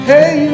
Hey